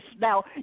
Now